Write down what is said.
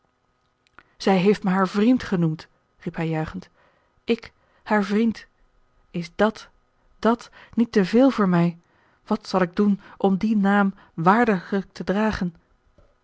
zij heeft mij haar vriend genoemd riep hij juichend ik haar vriend is dat dàt niet te veel voor mij wat zal ik doen om dien naam waardiglijk te dragen